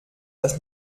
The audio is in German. dass